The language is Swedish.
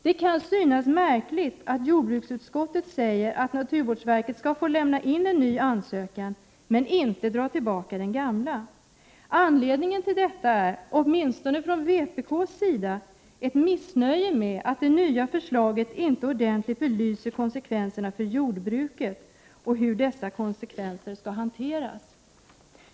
Det kan synas märkligt att jordbruksutskottet säger att naturvårdsverket skall få lämna in en ny ansökan men att man inte får dra tillbaka den gamla. Anledningen till detta är — åtminstone är det den uppfattning som vi i vpk har — att det finns ett missnöje med det nya förslaget, som inte ordentligt belyser 95 konsekvenserna för jordbruket och hur dessa konsekvenser skall hanteras.